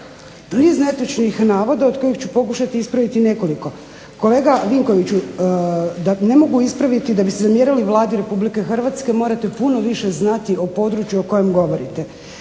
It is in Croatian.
niz netočnih navoda od kojih ću pokušati ispraviti nekoliko. Kolega Vinkoviću, ne mogu ispraviti da bi se mjerili Vladi Republike Hrvatske morate puno više znati o području o kojem govorite.